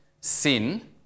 sin